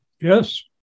Yes